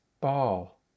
ball